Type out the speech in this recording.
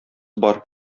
бар